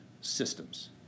systems